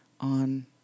on